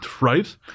Right